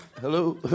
hello